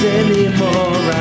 anymore